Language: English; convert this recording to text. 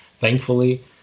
Thankfully